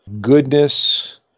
goodness